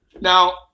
now